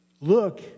Look